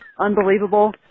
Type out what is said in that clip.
Unbelievable